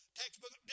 textbook